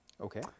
Okay